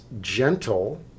gentle